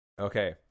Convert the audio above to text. Okay